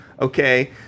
Okay